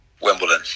Wimbledon